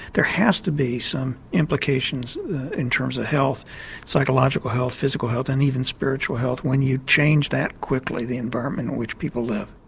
there has to be some implications in terms ah of psychological health, physical health and even spiritual health when you change that quickly the environment in which people live.